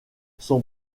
son